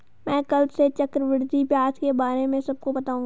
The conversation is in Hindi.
मैं कल से चक्रवृद्धि ब्याज के बारे में सबको बताऊंगा